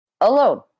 alone